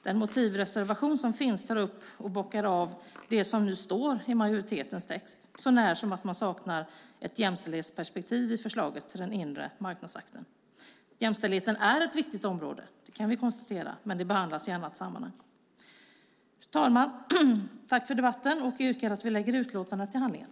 Den motivreservation som finns tar upp och bockar av det som nu står i majoritetens text, sånär som på att man saknar ett jämställdhetsperspektiv i förslaget till den inre marknadsakten. Jämställdheten är ett viktigt område men den behandlas i annat sammanhang. Fru talman! Tack för debatten! Jag yrkar att vi lägger utlåtandet till handlingarna.